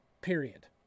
period